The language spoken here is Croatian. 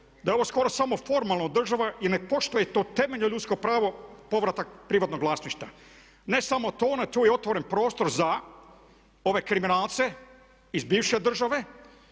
da je ovo skoro samo formalno država i ne poštuje to temeljno ljudsko pravo povratak privatnog vlasništva. Ne samo to, tu je otvoren prostor za ove kriminalce iz bivše države